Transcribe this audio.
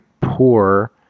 poor